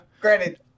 Granted